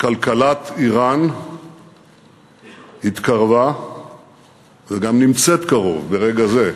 כלכלת איראן התקרבה וגם נמצאת קרוב, ברגע זה,